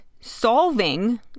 solving